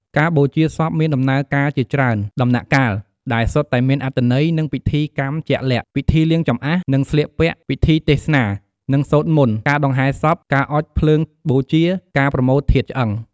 ការបូជាសពមានដំណើរការជាច្រើនដំណាក់កាល ដែលសុទ្ធតែមានអត្ថន័យ និងពិធីកម្មជាក់លាក់ ពិធីលាងចម្អះ និងស្លៀកពាក់ ពិធីទេសនា និងសូត្រមន្ត ការដង្ហែសព ការអុជភ្លើងបូជា ការប្រមូលធាតុឆ្អឹង។